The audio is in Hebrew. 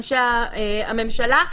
אנשי הממשלה.